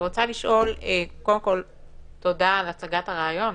תודה על הצגת הרעיון,